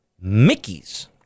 Mickey's